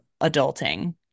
adulting